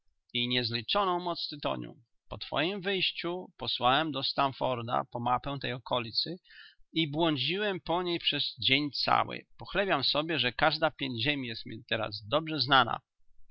i niezliczoną moc tytoniu po twojem wyjściu posłałem do stamforda po mapę tej okolicy i błądziłem po niej przez dzień cały pochlebiam sobie że każda piędź ziemi jest mi teraz dobrze znana